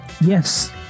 yes